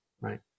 right